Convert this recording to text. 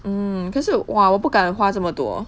mm 可是 !wah! 我不敢花这么多